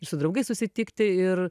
su draugais susitikti ir